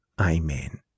Amen